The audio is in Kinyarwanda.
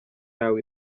yawe